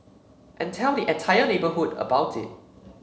and tell the entire neighbourhood about it